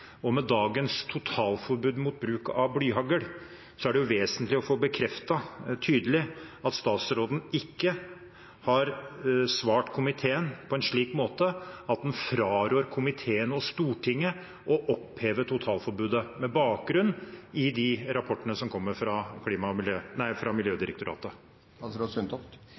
og med dagens totalforbud mot bruk av blyhagl er det vesentlig å få tydelig bekreftet at statsråden ikke har svart komiteen på en slik måte at en fraråder komiteen og Stortinget å oppheve totalforbudet, med bakgrunn i de rapportene som kommer fra Miljødirektoratet. Det har vært ulike anbefalinger, som er ganske komplekse, og